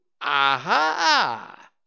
Aha